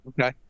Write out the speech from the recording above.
okay